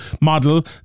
model